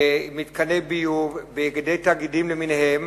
במתקני ביוב, באגדי תאגידים למיניהם,